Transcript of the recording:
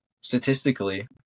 statistically